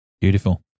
Beautiful